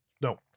No